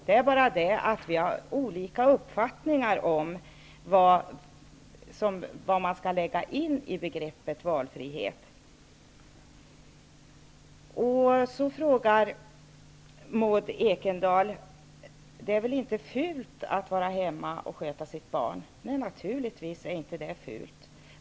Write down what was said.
Men vi har olika uppfattningar om vad man skall lägga in i begreppet valfrihet. Maud Ekendahl frågade om det var fult att vara hemma och sköta sitt barn. Nej, naturligtvis är det inte fult.